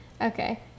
Okay